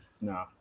No